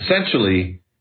Essentially